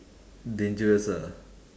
dangerous ah